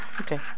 Okay